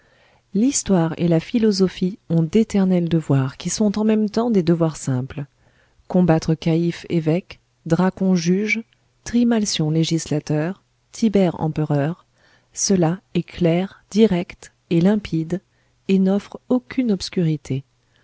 l'histoire et la philosophie ont d'éternels devoirs qui sont en même temps des devoirs simples combattre caïphe évêque dracon juge trimalcion législateur tibère empereur cela est clair direct et limpide et n'offre aucune obscurité